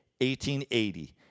1880